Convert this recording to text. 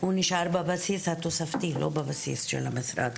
הוא נשאר בבסיס התוספתי, לא בבסיס של המשרד.